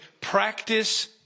practice